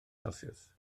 celsius